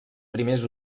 primers